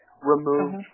removed